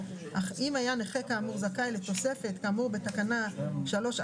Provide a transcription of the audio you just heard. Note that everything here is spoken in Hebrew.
אך אם היה נכה כאמור זכאי לתוספת כאמור בתקנה 3א(ב),